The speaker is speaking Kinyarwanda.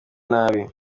nabi